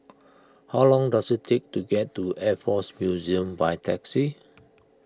how long does it take to get to Air force Museum by taxi